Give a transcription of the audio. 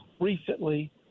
recently